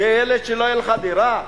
תהיה ילד שלא תהיה לך דירה?